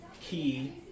key